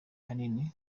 kanini